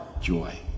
joy